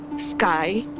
sky,